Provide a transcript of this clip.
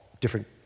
different